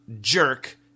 jerk